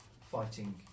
fighting